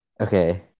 Okay